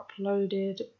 uploaded